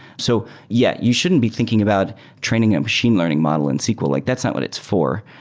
so yeah. you shouldn't be thinking about training a machine learning model in sql. like that's not what it's for,